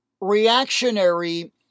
reactionary